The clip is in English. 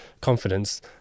confidence